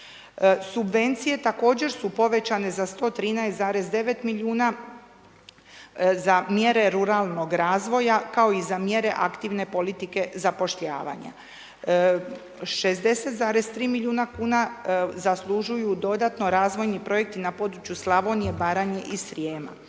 Subvencije također su povećane za 113,9 milijuna za mjere ruralnog razvoja kao i za mjere aktivne politike zapošljavanja. 60,3 milijuna kuna zaslužuju dodatno razvojni projekti na području Slavonije, Baranje i Srijema.